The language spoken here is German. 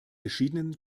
verschiedenen